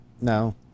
No